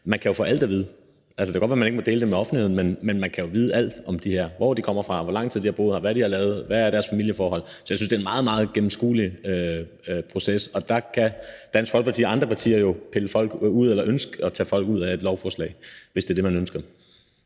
man kan jo få alt at vide. Det kan godt være, at man ikke må dele det med offentligheden, men man kan jo vide alt om de her: hvor de kommer fra, hvor lang tid de har boet her, hvad de har lavet, hvad deres familieforhold er. Så jeg synes, det er en meget, meget gennemskuelig proces, og der kan Dansk Folkeparti og andre partier jo pille folk ud eller ønske at tage folk ud af et lovforslag – hvis det er det, man ønsker.